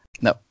No